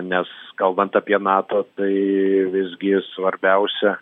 nes kalbant apie nato tai visgi svarbiausia